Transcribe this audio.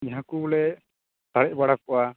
ᱡᱟᱦᱟᱸ ᱠᱚ ᱵᱚᱞᱮ ᱥᱟᱨᱮᱡ ᱵᱟᱲᱟ ᱠᱚᱜᱼᱟ